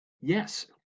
Yes